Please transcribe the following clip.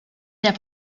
der